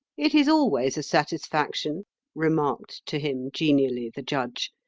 it is always a satisfaction remarked to him genially the judge,